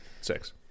six